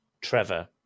Trevor